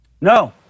No